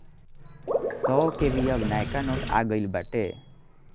सौ के भी अब नयका नोट आ गईल बाटे